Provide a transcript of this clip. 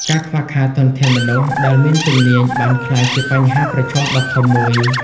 ការខ្វះខាតធនធានមនុស្សដែលមានជំនាញបានក្លាយជាបញ្ហាប្រឈមដ៏ធំមួយ។